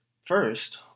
First